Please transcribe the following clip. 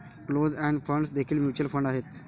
closed end funds देखील mutual fund आहेत